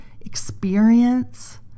experience